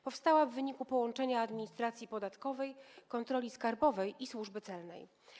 Powstała w wyniku połączenia administracji podatkowej, kontroli skarbowej i służby celnej.